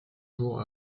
jours